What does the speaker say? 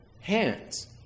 hands